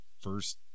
first